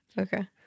Okay